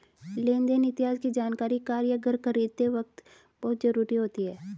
लेन देन इतिहास की जानकरी कार या घर खरीदते वक़्त बहुत जरुरी होती है